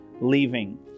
leaving